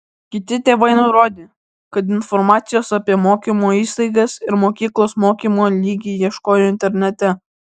kiti tėvai nurodė kad informacijos apie mokymo įstaigas ir mokyklos mokymo lygį ieškojo internete